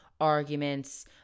arguments